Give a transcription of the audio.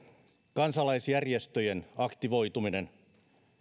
kansalaisjärjestöjen aktivoituminen